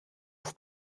his